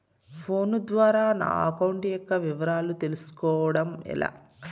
Phone ద్వారా నా account యొక్క వివరాలు తెలుస్కోవడం ఎలా?